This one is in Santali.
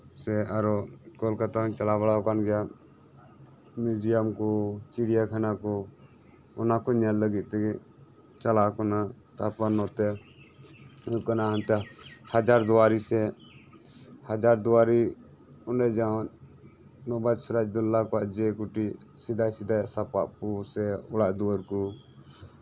ᱥᱮ ᱟᱨᱚ ᱠᱚᱞᱠᱟᱛᱟᱧ ᱪᱟᱞᱟᱣ ᱵᱟᱲᱟ ᱠᱟᱱ ᱜᱮᱭᱟ ᱢᱤᱭᱩᱡᱤᱭᱟᱢ ᱠᱚ ᱪᱤᱲᱭᱟᱠᱷᱟᱱᱟ ᱠᱚ ᱚᱱᱟ ᱠᱚ ᱧᱮᱞ ᱞᱟᱹᱜᱤᱫᱛᱮ ᱪᱟᱞᱟᱣ ᱠᱟᱱᱟ ᱛᱟᱨᱯᱚᱨ ᱱᱚᱛᱮ ᱦᱩᱭᱩᱜ ᱠᱟᱱᱟ ᱦᱟᱡᱟᱨ ᱫᱩᱭᱟᱨᱤ ᱥᱮ ᱦᱟᱡᱟᱨ ᱫᱩᱭᱟᱨᱤ ᱚᱱᱰᱮ ᱡᱟᱸᱦᱟ ᱥᱮᱫᱟᱭ ᱥᱮᱫᱟᱭ ᱥᱟᱯᱟᱵ ᱠᱚ ᱥᱮ ᱚᱲᱟᱜ ᱫᱩᱣᱟᱹᱨ ᱠᱚ